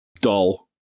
Dull